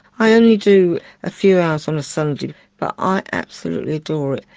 i only do a few hours on a sunday but i absolutely adore it.